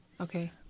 Okay